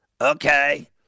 okay